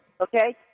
Okay